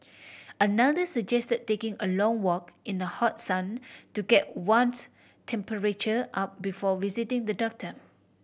another suggest taking a long walk in the hot sun to get one's temperature up before visiting the doctor